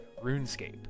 RuneScape